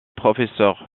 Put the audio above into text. professeur